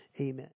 Amen